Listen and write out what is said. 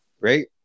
Right